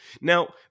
Now